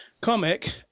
comic